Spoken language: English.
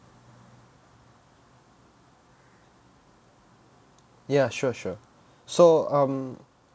ya sure sure so um